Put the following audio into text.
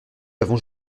avons